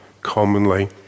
commonly